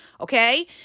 okay